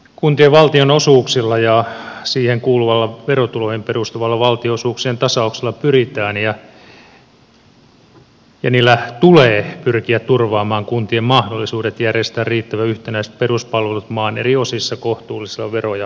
kuntien valtionosuuksilla ja niihin kuuluvalla verotuloihin perustuvalla valtionosuuksien tasauksella pyritään ja niillä tulee pyrkiä turvaamaan kuntien mahdollisuudet järjestää riittävän yhtenäiset peruspalvelut maan eri osissa kohtuullisella vero ja maksutasolla